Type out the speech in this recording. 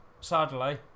sadly